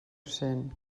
cent